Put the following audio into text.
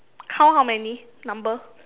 count how many number